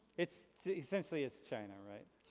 it's essentially, its china, right?